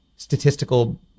Statistical